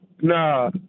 nah